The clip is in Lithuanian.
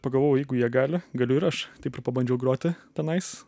pagalvojau jeigu jie gali galiu ir aš taip ir pabandžiau groti tenais